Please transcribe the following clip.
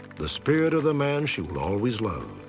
the spirit of the man she will always love,